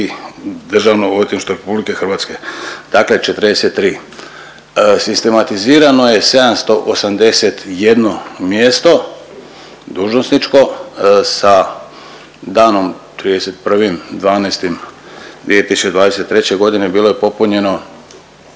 Državno odvjetništvo RH dakle 43. Sistematizirano je 781 mjesto dužnosničko sa danom 31.12.2023. godine bilo je popunjeno